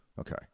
Okay